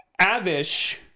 Avish